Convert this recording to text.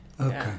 Okay